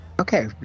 Okay